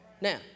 Now